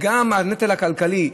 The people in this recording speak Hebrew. וגם הנטל הכלכלי.